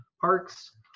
parks